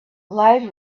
life